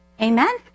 amen